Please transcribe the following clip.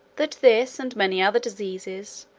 that this, and many other diseases,